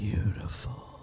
Beautiful